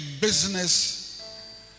business